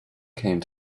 came